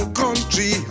country